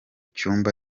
cyumba